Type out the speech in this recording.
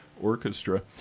orchestra